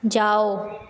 जाओ